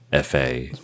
FA